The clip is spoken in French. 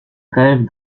rêve